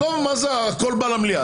מה זה "הכול עולה למליאה"?